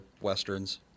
Westerns